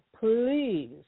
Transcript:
Please